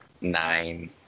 Nine